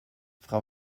frau